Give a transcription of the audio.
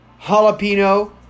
jalapeno